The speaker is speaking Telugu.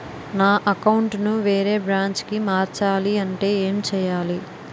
నా అకౌంట్ ను వేరే బ్రాంచ్ కి మార్చాలి అంటే ఎం చేయాలి?